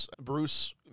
Bruce